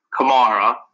Kamara